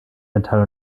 metall